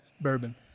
bourbon